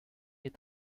est